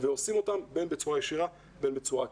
שעושים אותם בין בצורה ישירה ובין בצורה עקיפה.